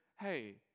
hey